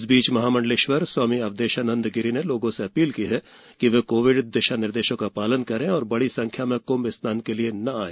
इस बीच महामंडलेश्वर स्वामी अवधेशानंद गिरी ने लोगों से अपील की है कि वे कोविड दिशानिर्देशों का पालन करें और बड़ी संख्या में कंभ स्नान के लिए न आए